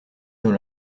dans